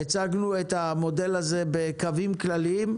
הצגנו את המודל הזה בקווים כלליים,